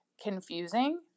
confusing